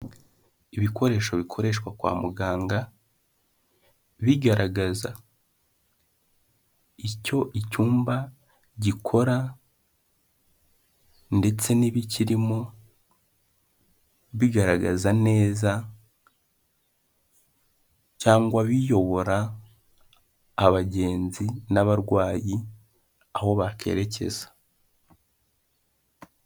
Ibikoresho bikoreshwa kwa muganga bigaragaza icyo icyumba gikora ndetse n'ibikirimo, bigaragaza neza cyangwa biyobora abagenzi n'abarwayi aho bakerekeza.